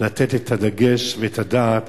לתת את הדגש ואת הדעת